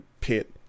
pit